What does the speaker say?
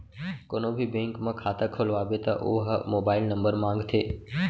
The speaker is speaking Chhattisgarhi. कोनो भी बेंक म खाता खोलवाबे त ओ ह मोबाईल नंबर मांगथे